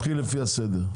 הכנסת.